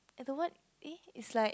at the word eh is like